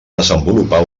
desenvolupar